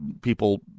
people